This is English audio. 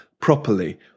properly